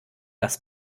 das